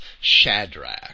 Shadrach